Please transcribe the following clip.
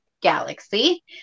galaxy